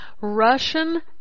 Russian